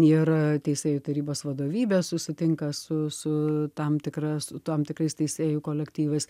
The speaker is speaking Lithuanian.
ir teisėjų tarybos vadovybė susitinka su su tam tikra su tam tikrais teisėjų kolektyvais